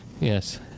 Yes